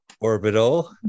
Orbital